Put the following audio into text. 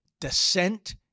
descent